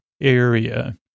area